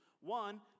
One